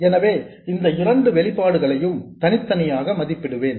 எனவே இந்த இரண்டு வெளிப்பாடுகளையும் தனித்தனியாக மதிப்பிடுவேன்